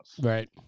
right